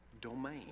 domain